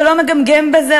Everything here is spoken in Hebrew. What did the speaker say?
ולא מגמגם בזה,